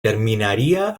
terminaría